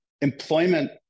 employment